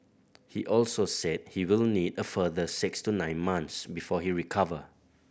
he also said he will need a further six to nine months before he recover